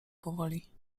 powoli